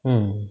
mm